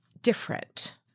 different